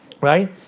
Right